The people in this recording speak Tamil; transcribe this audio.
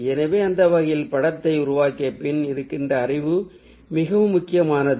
எனவே அந்த வகையில் படத்தை உருவாக்கிய பின் இருக்கின்ற அறிவு மிகவும் முக்கியமானது